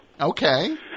Okay